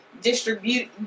distribute